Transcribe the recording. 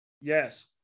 Yes